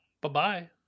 Bye-bye